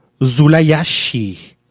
Zulayashi